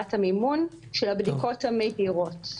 לסוגיית המימון של הבדיקות המהירות.